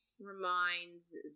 reminds